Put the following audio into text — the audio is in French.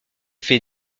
fait